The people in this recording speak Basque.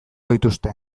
dituzte